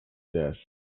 this